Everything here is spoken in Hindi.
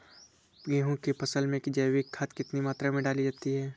गेहूँ की फसल में जैविक खाद कितनी मात्रा में डाली जाती है?